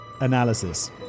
Analysis